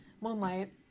moonlight